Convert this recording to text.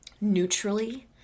neutrally